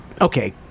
okay